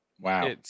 Wow